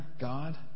God